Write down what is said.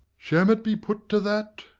shall it be put to that?